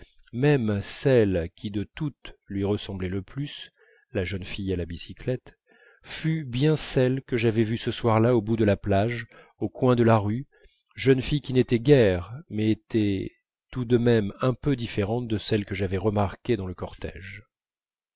même celle qui de toutes lui ressemblait le plus la jeune fille à la bicyclette fût bien celle que j'avais vue ce soir-là au bout de la plage au coin de la rue jeune fille qui n'était guère mais qui était tout de même un peu différente de celle que j'avais remarquée dans le cortège